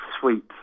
sweet